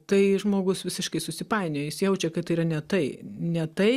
tai žmogus visiškai susipainioja jis jaučia kad tai yra ne tai ne tai